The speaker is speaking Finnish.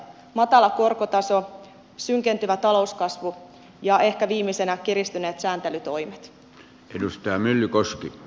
matala korkotaso synkentyvä talouskasvu ja ehkä viimeisenä kiristyneet sääntelytoimet